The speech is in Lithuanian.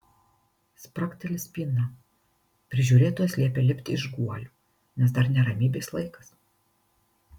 spragteli spyna prižiūrėtojas liepia lipti iš guolių nes dar ne ramybės laikas